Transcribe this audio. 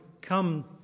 come